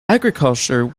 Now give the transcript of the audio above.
agriculture